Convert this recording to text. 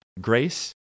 Grace